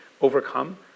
overcome